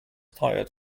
tired